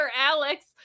Alex